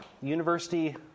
University